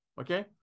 okay